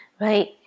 Right